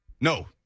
No